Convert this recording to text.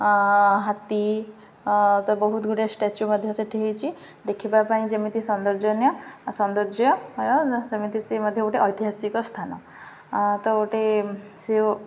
ହାତୀ ତ ବହୁତ ଗୁଡ଼ିଏ ଷ୍ଟାଚୁ ମଧ୍ୟ ସେଠି ହେଇଛି ଦେଖିବା ପାଇଁ ଯେମିତି ସୌନ୍ଦର୍ଯ୍ୟନୀୟ ସୌନ୍ଦର୍ଯ୍ୟୟ ସେମିତି ସିଏ ମଧ୍ୟ ଗୋଟେ ଐତିହାସିକ ସ୍ଥାନ ତ ଗୋଟେ ସିଏ